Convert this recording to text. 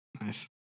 Nice